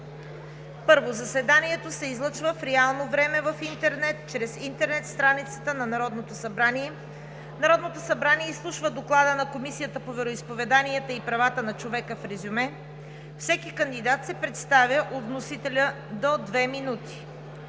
1. Заседанието се излъчва в реално време в интернет чрез интернет страницата на Народното събрание. 2. Народното събрание изслушва Доклада на Комисията по вероизповеданията и правата на човека в резюме. 3. Всеки кандидат се представя от вносителя – до две минути.